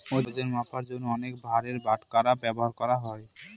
ওজন মাপার জন্য অনেক ভারের বাটখারা ব্যবহার করা হয়